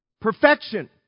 perfection